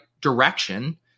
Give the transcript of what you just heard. direction